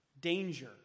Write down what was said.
Danger